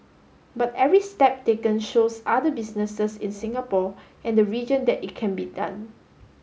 but every step taken shows other businesses in Singapore and the region that it can be done